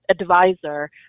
advisor